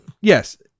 yes